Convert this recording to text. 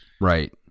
Right